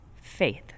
faith